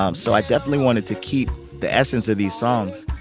um so i definitely wanted to keep the essence of these songs,